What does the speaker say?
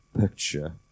picture